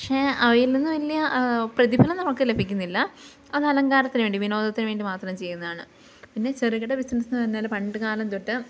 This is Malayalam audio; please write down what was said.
പക്ഷേ അവയിൽ നിന്ന് വലിയ പ്രതിഫലം നമുക്ക് ലഭിക്കുന്നില്ല അത് അലങ്കാരത്തിനു വേണ്ടി വിനോദത്തിനു വേണ്ടി മാത്രം ചെയ്യുന്നതാണ് പിന്നെ ചെറുകിട ബിസിനസ്സെന്നു പറഞ്ഞാൽ പണ്ടു കാലം തൊട്ട്